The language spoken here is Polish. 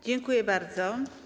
Dziękuję bardzo.